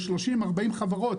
ל-40,30 חברות,